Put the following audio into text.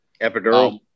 Epidural